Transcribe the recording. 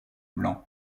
blanc